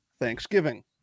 Thanksgiving